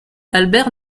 albert